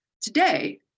Today